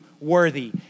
worthy